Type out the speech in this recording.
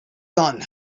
done